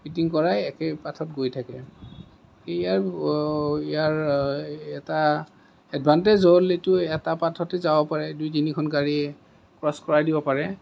fitting কৰাই একেই পাথত গৈ থাকে ইয়াৰ ইয়াৰ এটা এডভান্টেছ হ'ল এইটো এটা পাথতে যাব পাৰে দুই তিনিখন গাড়ী ক্ৰছ কৰাই দিব পাৰে